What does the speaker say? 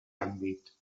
àmbit